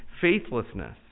faithlessness